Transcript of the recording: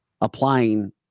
applying